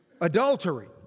adultery